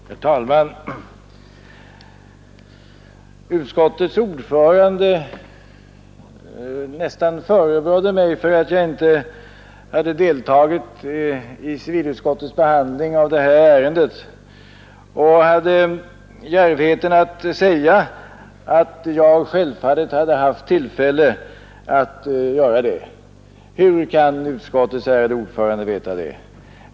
Herr talman! Utskottets ordförande nästan förebrådde mig för att jag inte hade deltagit i civilutskottets behandling av det här ärendet, och han hade djärvheten att säga att jag självfallet hade haft tillfälle att göra det. Hur kan utskottets ärade ordförande veta det?